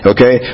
Okay